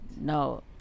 No